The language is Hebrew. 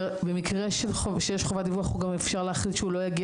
במקרה שיש חובת דיווח גם אפשר להחליט שהוא לא יגיע